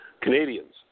Canadians